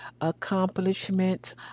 accomplishments